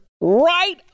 right